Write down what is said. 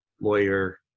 lawyer